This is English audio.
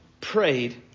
prayed